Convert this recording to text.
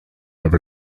have